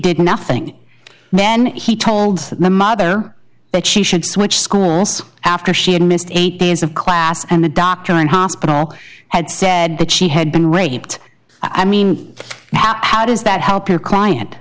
did nothing then he told the mother that she should switch schools after she had missed eight days of class and the doctor and hospital had said that she had been raped i mean how does that help your client